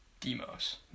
Demos